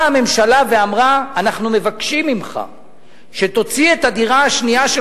באה הממשלה ואמרה: אנחנו מבקשים ממך שתוציא את הדירה השנייה,